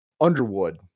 Underwood